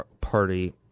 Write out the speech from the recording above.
Party